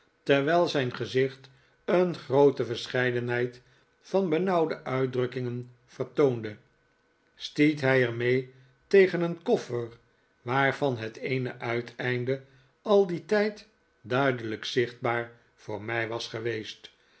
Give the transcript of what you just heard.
terwijl zijn gezicht een groote verscheidenheid van benauwde uitdrukkingen vertoonde stiet hij er mee tegen een koffer waarvan het eene uiteinde al dien tijd duidelijk zichtbaar voor mij was geweest